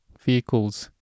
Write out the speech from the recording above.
vehicles